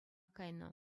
кайнӑ